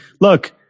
look